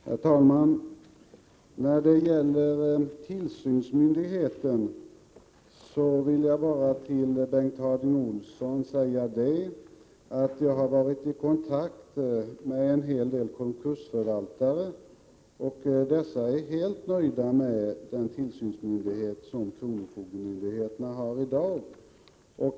Herr talman! När det gäller tillsynsmyndigheten vill jag bara, Bengt Harding Olson, säga att jag har varit i kontakt med en hel del konkursförvaltare. Dessa är helt nöjda med den tillsynsmyndighet som gäller för kronofogdemyndigheterna i dag.